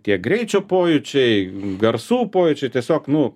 tie greičio pojūčiai garsų pojūčiai tiesiog nu